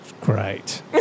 great